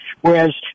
Whereas